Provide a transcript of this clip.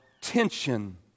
tension